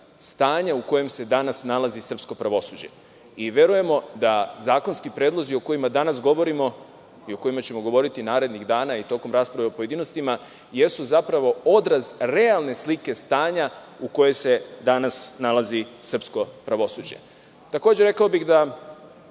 stanja u kojem se danas nalazi srpsko pravosuđe. Verujemo da zakonski predlozi o kojima danas govorimo i o kojima ćemo govoriti narednih dana i tokom rasprave u pojedinostima jesu zapravo odraz realne slike stanja u kojem se danas nalazi srpsko pravosuđe. Rekao bih,